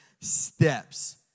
steps